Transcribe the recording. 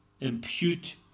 impute